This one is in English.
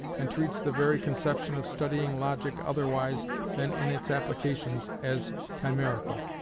and treats the very conception of studying logic otherwise than in its applications as chimerical.